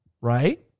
Right